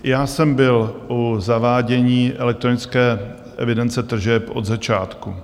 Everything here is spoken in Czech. Já jsem byl u zavádění elektronické evidence tržeb od začátku.